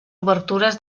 obertures